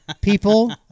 People